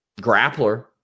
grappler